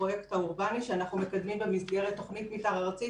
הפרויקט האורבני שאנחנו מקדמים במסגרת תוכנית מתאר ארצית